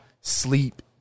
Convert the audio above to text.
sleep